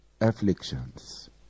afflictions